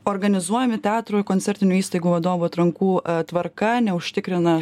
organizuojami teatrų ir koncertinių įstaigų vadovų atrankų tvarka neužtikrina